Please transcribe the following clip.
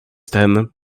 ten